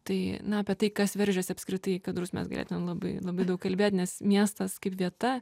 tai na apie tai kas veržiasi apskritai į kadrus mes galėtumėm labai labai daug kalbėt nes miestas vieta